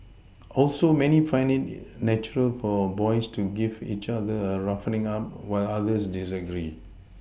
also many find it natural for boys to give each other a roughening up while others disagree